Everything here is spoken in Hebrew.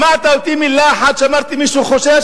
שמעת אותי אומר מלה אחת שמישהו חושש?